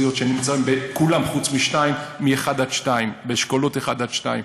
שכולן חוץ משתיים נמצאות באשכולות 1 ו-2.